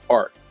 art